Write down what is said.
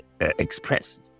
expressed